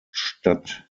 statt